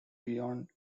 beyond